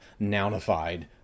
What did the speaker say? nounified